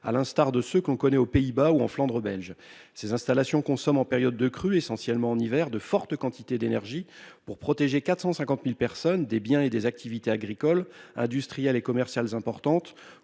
à l'instar de ce qu'on connaît aux Pays-Bas ou en Flandre belge ces installations consomment en période de crue, essentiellement en hiver de fortes quantités d'énergie pour protéger 450.000 personnes des biens et des activités agricoles, industrielles et commerciales importantes